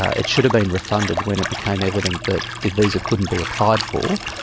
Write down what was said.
it should have been refunded when it became evident that the visa couldn't be applied for.